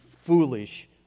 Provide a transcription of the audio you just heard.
foolish